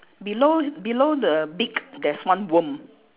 below below the beak there's one worm